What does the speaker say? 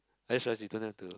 I just realise you don't have to